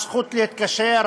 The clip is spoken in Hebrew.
הזכות להתקשר,